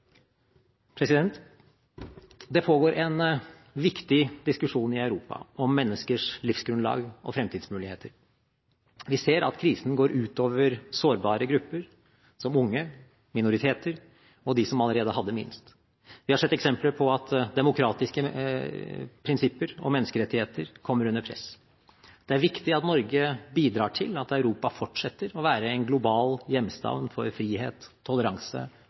Det pågår en viktig diskusjon i Europa om menneskers livsgrunnlag og fremtidsmuligheter. Vi ser at krisen går ut over sårbare grupper som unge, minoriteter og dem som allerede hadde minst. Vi har sett eksempler på at demokratiske prinsipper og menneskerettigheter kommer under press. Det er viktig at Norge bidrar til at Europa fortsetter å være en global hjemstavn for frihet, toleranse